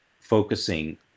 focusing